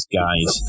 guys